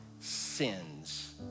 sins